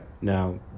Now